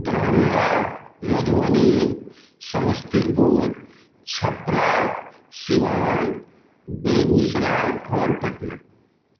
दरभंगा मधुबनी समस्तीपुर छपरा सिवान बेगुसराय और पटना